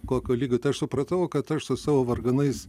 kokio lygio tai aš supratau kad aš su savo varganais